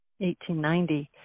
1890